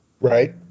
Right